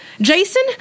Jason